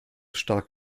stark